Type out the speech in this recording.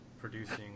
producing